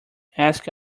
ask